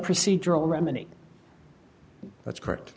procedural remedy that's correct